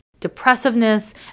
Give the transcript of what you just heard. depressiveness